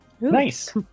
nice